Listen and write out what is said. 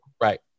Right